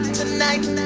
tonight